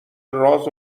راز